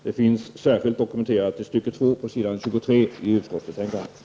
Det finns särskilt dokumenterat i stycke 2 på s. 23 i utskottets betänkande.